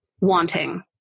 wanting